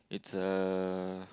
it's a